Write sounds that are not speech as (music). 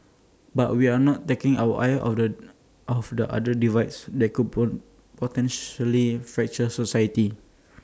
but we are not taking our eyes off the off the other divides that could (unintelligible) potentially fracture society